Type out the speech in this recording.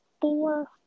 four